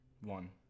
One